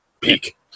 peak